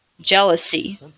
Jealousy